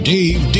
Dave